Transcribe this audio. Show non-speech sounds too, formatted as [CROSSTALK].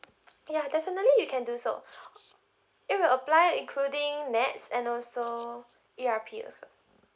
yeah definitely you can do so [BREATH] it will apply including nets and also E_R_P as